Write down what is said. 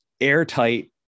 airtight